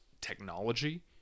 technology